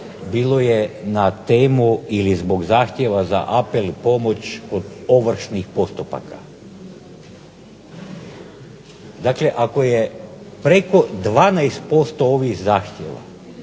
bilo je na temu ili zbog zahtjeva za apel i pomoć ovršnih postupaka. Dakle, ako je preko 12% ovih zahtjeva